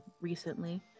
recently